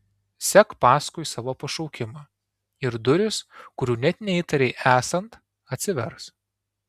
sek paskui savo pašaukimą ir durys kurių net neįtarei esant atsivers